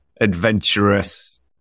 adventurous